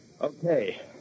Okay